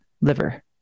liver